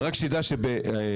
ורק שתדע שבפורטוגל,